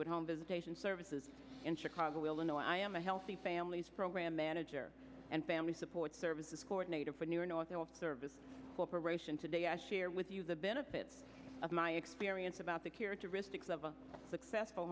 with home visitation services in chicago illinois i am a healthy families program manager and family support services coordinator for the service corp today i share with you the benefits of my experience about the characteristics of a successful